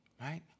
Right